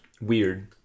weird